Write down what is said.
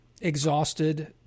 exhausted